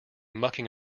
mucking